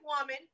woman